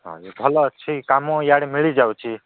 ହଁ ଭଲ ଅଛି କାମ ଇଆଡ଼େ ମିଳିଯାଉଛି